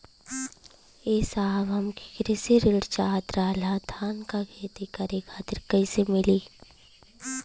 ए साहब हमके कृषि ऋण चाहत रहल ह धान क खेती करे खातिर कईसे मीली?